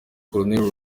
col